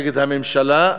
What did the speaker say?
נגד הממשלה,